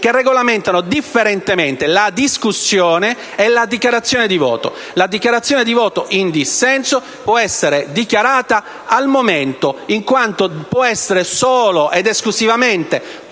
che regolamentano differentemente la discussione e la dichiarazione di voto. La dichiarazione di voto in dissenso può essere dichiarata al momento, in quanto può essere solo ed esclusivamente postuma